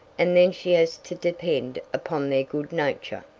and then she has to depend upon their good nature.